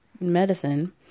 medicine